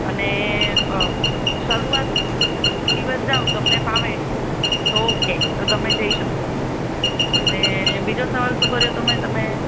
અને શરૂઆત દિવસ જાવ તમને ફાવે તો ઓકે તો તમે જઈ શકો અને બીજો સવાલ શું કર્યો તમે તમે